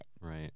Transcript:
Right